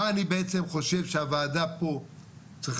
מה אני בעצם חושב שהוועדה פה צריכה,